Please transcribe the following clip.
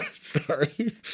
Sorry